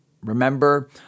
Remember